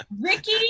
Ricky